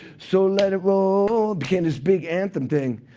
so let it roll became this big anthem thing.